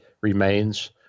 remains